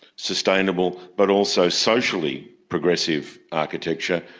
sustainable but also socially progressive architecture,